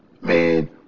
Man